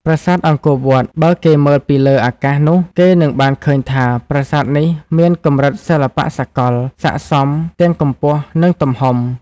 ប្រាសាទអង្គរវត្ត បើគេមើលពីលើ អាកាសនោះ គេនឹងបានឃើញថា ប្រាសាទនេះមានកម្រិតសិល្បៈសកល ស័ក្តិសមទាំងកម្ពស់ និង ទំហំ។